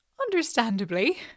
understandably